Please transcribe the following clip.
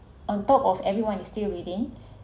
on top of everyone is still within